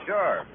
Sure